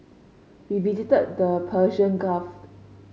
we visited the Persian Gulf